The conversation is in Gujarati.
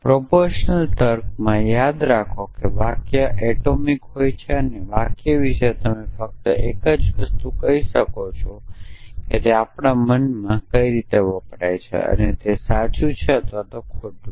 પ્રોપોરશનલ તર્કમાં યાદ રાખો કે વાક્ય એટોમિક હોય છે અને વાક્ય વિશે તમે ફક્ત એક જ વસ્તુ કહી શકો છો કે તેનો કઇંક અર્થ થાય છે અને તે સાચું છે કે ખોટું